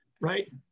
Right